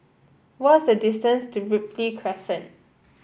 what is the distance to Ripley Crescent